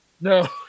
No